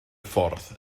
ffordd